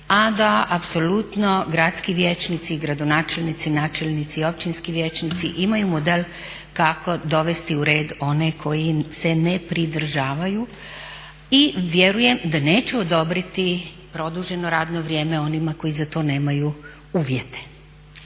a da apsolutno gradski vijećnici i gradonačelnici, načelnici i općinski vijećnici imaju model kako dovesti u red one koji se ne pridržavaju i vjerujem da neće odobriti produženo radno vrijeme onima koji za to nemaju uvjete